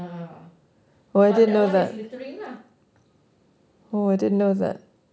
ya but that one is littering lah